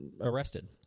arrested